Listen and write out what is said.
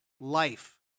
life